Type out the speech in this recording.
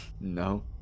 No